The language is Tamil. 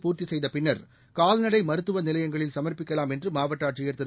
பூர்த்தி செய்தபின்னர் கால்நடை மருத்துவ நிலையங்களில் சுமர்ப்பிக்கலாம் என்று மாவட்ட ஆட்சியர் திரு